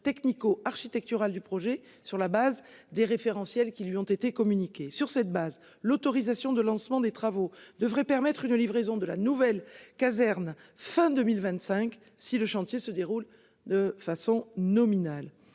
technico-architectural du projet sur la base des référentiels qui lui ont été communiquées sur cette base l'autorisation de lancement des travaux devraient permettre une livraison de la nouvelle caserne fin 2025. Si le chantier se déroule de façon nominale,